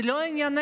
זה לא עניינך,